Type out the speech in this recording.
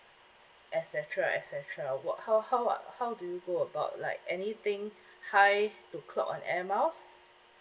et cetera et cetera wh~ how how how do we go about like anything high to clock on air miles